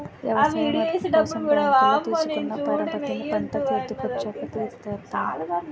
ఎవసాయ మదుపు కోసం బ్యాంకులో తీసుకున్న పరపతిని పంట సేతికొచ్చాక తీర్సేత్తాను